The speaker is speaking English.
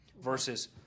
versus